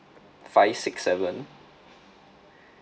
five six seven